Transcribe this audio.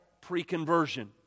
pre-conversion